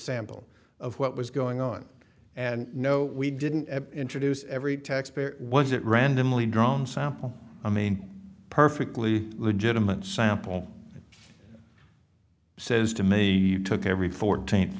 sample of what was going on and no we didn't introduce every taxpayer was it randomly drawn sample i mean perfectly legitimate sample says to me took every fourteen